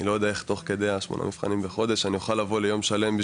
אני לא יודע איך תוך כדי השמונה מבחנים בחודש אני אוכל לבוא ליום שלם,